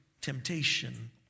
temptation